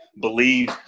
believe